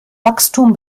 wachstum